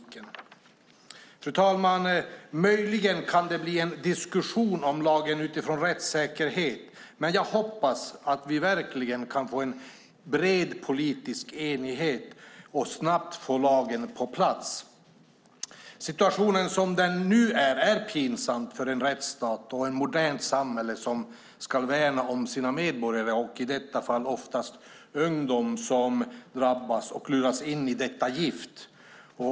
Fru talman! Möjligen kan det bli en diskussion om lagen utifrån rättssäkerhetsaspekten, men jag hoppas att vi verkligen kan få en bred politisk enighet om detta och snabbt får lagen på plats. Situationen som den nu ser ut är pinsam för en rättsstat och ett modernt samhälle som ska värna om sina medborgare, i detta fall oftast ungdomar som drabbas och luras in i detta gift.